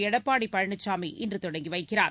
எடப்பாடி பழனிசாமி இன்று தொடங்கி வைக்கிறார்